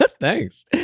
Thanks